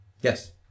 Yes